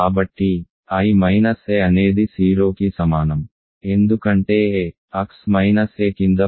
కాబట్టి i minus a అనేది 0 కి సమానం ఎందుకంటే x మైనస్ a కింద phi మ్యాప్ చేయబడింది గనుక